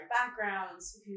backgrounds